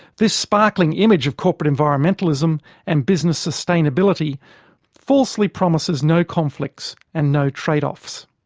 this sparkling image of corporate environmentalism and business sustainability falsely promises no conflicts and no trade-offs.